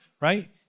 right